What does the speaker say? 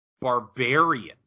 barbarian